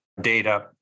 data